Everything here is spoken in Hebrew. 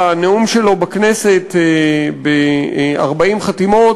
בנאום שלו בכנסת בדיון בעקבות 40 חתימות,